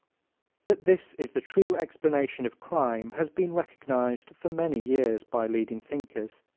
that this is the true explanation of crime has been recognized for many years by leading thinkers.